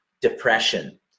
depression